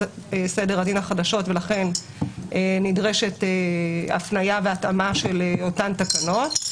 סדר הדין החדשות ולכן נדרשת הפניה והתאמה של אותן תקנות.